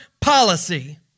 policy